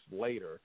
later